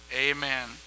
Amen